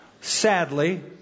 Sadly